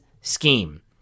scheme